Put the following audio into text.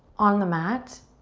on the mat,